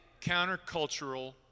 countercultural